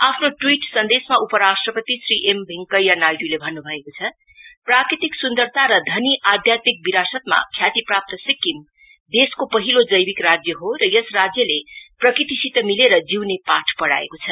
आफ्नो ट्वीट सन्देशमा उपराष्ट्रपति श्री एम वेंकैया नाइड्ले भन्नुभएको छ प्रकृतिक सुन्दरता र धनी आध्यत्मिक विरासतमा राज्यप्राप्त सिक्किम देशको पहिलो जैविक राज्य हो र यस राज्यले प्रकृतिसित मिलेर जिउने पाठ पढ़ाएको छ